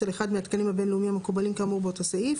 על אחד מהתקנים הבין לאומיים המקובלים כאמור באותו סעיף,